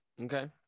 Okay